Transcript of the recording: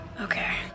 Okay